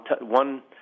one